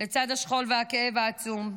לצד השכול והכאב העצום,